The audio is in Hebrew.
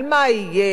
על מה יהיה,